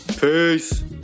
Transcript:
Peace